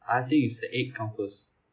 I think is the egg come first